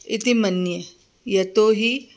इति मन्ये यतो हि